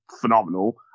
phenomenal